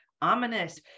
ominous